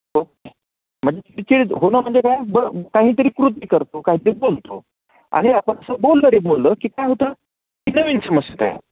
तो म्हणजे चिडचिड होणं म्हणजे काय ब काहीतरी कृती करतो काहीतरी बोलतो आणि आपण असं बोललं रे बोललं की काय होतं की नवीन समस्या तयार